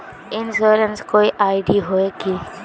Insurance कोई ID होय है की?